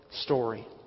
story